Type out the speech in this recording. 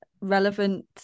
relevant